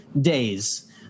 Days